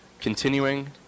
continuing